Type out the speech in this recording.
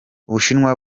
ubushinwa